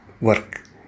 work